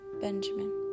Benjamin